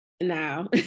Now